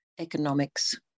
economics